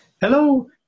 Hello